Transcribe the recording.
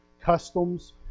customs